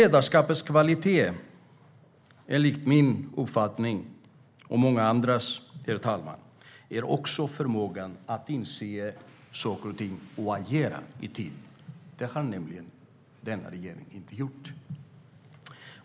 Herr talman! Ledarskapskvalitet är enligt min och många andras uppfattning också förmågan att inse saker och ting i tid och agera. Det har denna regering inte gjort.